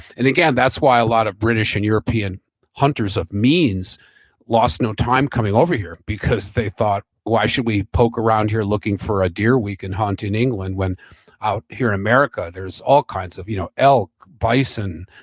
and again, that's why a lot of british and european hunters of means lost no time coming over here, because they thought, why should we poke around here looking for a deer we can hunt in england when out here america there's all kinds of you know elk, bison,